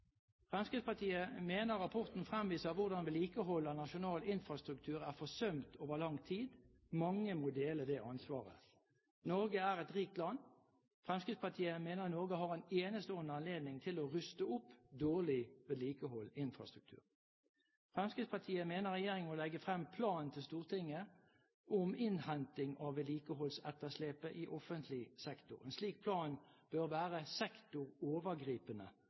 Fremskrittspartiet mener rapporten fremviser hvordan vedlikehold av nasjonal infrastruktur er forsømt over lang tid. Mange må dele det ansvaret. Norge er et rikt land. Fremskrittspartiet mener Norge har en enestående anledning til å ruste opp dårlig vedlikeholdt infrastruktur. Fremskrittspartiet mener regjeringen må legge frem en plan for Stortinget om innhenting av vedlikeholdsetterslepet i offentlig sektor. En slik plan bør være sektorovergripende.